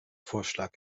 vorschlag